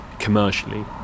commercially